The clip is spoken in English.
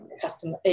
customer